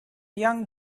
young